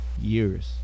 years